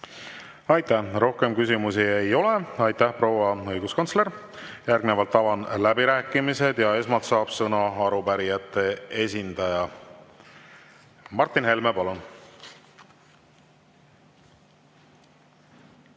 ei tea. Rohkem küsimusi ei ole. Aitäh, proua õiguskantsler! Järgnevalt avan läbirääkimised ja esmalt saab sõna arupärijate esindaja. Martin Helme, palun!